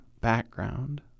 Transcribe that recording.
background